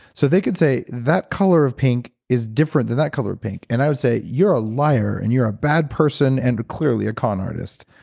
so they can say, that color of pink is different than that color of pink. and i would say, you're a liar, and you're a bad person and clearly a con artist.